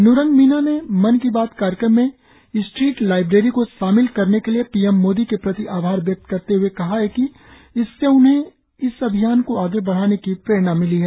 न्रुंग मीना ने मन की कार्यक्रम में स्ट्रीट लाइब्रेरी को शामिल करने के लिए पीएम मोदी के प्रति आभार व्यक्त करते हुए कहा है कि इससे उन्हे इस अभियान को आगे बढ़ाने की प्रेरणा मिली है